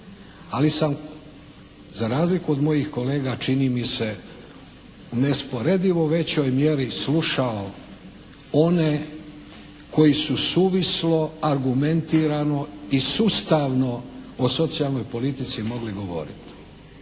Ali sam za razliku od mojih kolega čini mi se, u neusporedivo većoj mjeri slušao one koji su suvislo, argumentirano i sustavno o socijalnoj politici mogli govoriti.